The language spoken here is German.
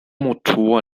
motor